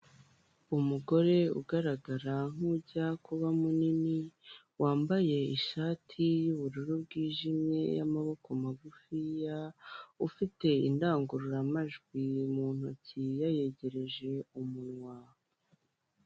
Umugore ugaragara nkujya kuba munini, wambaye ishati y ’ubururu bwijimye yamaboko magufi. Ufite indangururamajwi mu ntoki yayegereje umunwa.